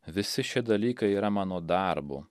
visi šie dalykai yra mano darbu